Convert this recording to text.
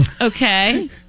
Okay